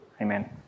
Amen